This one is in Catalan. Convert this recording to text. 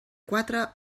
quatre